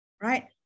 right